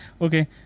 okay